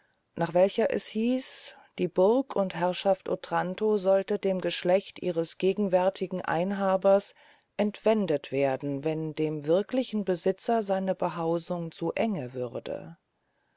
nach welcher es hieß die burg und herrschaft otranto sollten dem geschlecht ihrer gegenwärtigen einhaber entwendet werden wenn dem wirklichen besitzer seine behausung zu enge würde